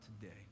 today